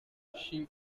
she